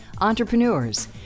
entrepreneurs